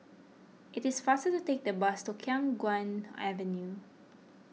it is faster to take the bus to Khiang Guan Avenue